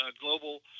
global